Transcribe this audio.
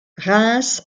reims